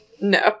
No